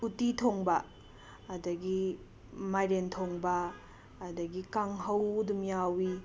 ꯎꯠꯇꯤ ꯊꯣꯡꯕ ꯑꯗꯒꯤ ꯃꯥꯏꯔꯦꯟ ꯊꯣꯡꯕ ꯑꯗꯒꯤ ꯀꯥꯡꯍꯧ ꯑꯗꯨꯝ ꯌꯥꯎꯏ